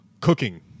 Cooking